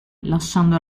lasciando